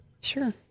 Sure